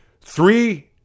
Three